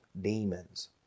demons